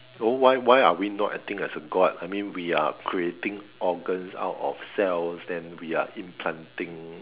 so why why are we not acting as a God I mean we are creating organs out of cells then we are implanting